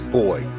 boy